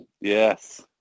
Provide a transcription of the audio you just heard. Yes